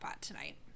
tonight